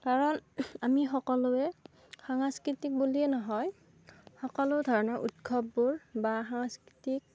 কাৰণ আমি সকলোৱে সাংস্কৃতিক বুলিয়েই নহয় সকলো ধৰণৰ উৎসৱবোৰ বা সাংস্কৃতিক